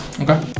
Okay